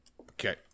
Okay